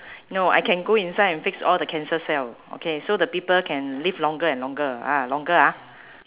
no I can go inside and fix all the cancer cell okay so the people can live longer and longer ah longer ah